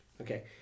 Okay